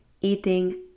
eating